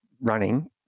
running